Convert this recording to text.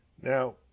Now